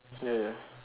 ya ya